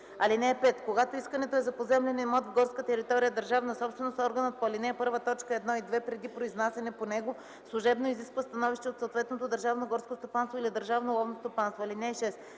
(5) Когато искането е за поземлен имот в горска територия - държавна собственост, органът по ал. 1, т. 1 и 2 преди произнасяне по него служебно изисква становище от съответното държавно горско стопанство или държавно ловно стопанство. (6)